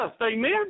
Amen